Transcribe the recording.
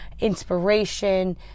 inspiration